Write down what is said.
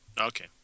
Okay